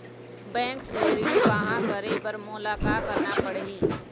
Bank से ऋण पाहां करे बर मोला का करना पड़ही?